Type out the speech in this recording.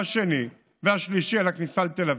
השני והשלישי על הכניסה לתל אביב.